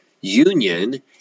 Union